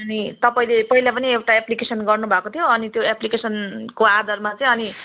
अनि तपाईँले पहिला पनि एउटा एप्लिकेसन गर्नु भएको थियो अनि त्यो एप्लिकेसनको आधारमा चाहिँ अनि